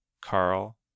Carl